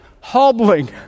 hobbling